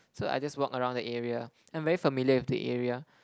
so I just walk around the area I'm very familiar with the area